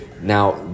Now